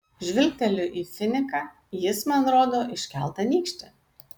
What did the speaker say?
žvilgteliu į finiką jis man rodo iškeltą nykštį